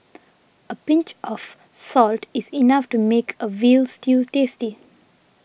a pinch of salt is enough to make a Veal Stew tasty